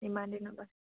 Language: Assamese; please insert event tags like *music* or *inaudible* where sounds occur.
*unintelligible*